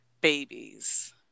babies